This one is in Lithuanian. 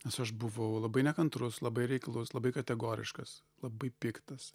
nes aš buvau labai nekantrus labai reiklus labai kategoriškas labai piktas